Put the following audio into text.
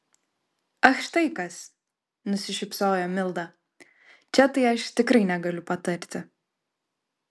ach štai kas nusišypsojo milda čia tai aš tikrai negaliu patarti